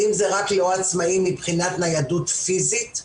האם זה רק לא עצמאי מבחינת ניידות פיזית?